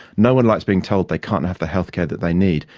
no one likes being told they can't have the healthcare that they need,